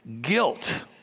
Guilt